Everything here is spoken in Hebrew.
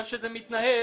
איך שזה מתנהל,